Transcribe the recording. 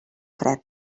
fred